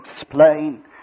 explain